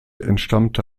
entstammte